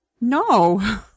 No